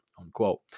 unquote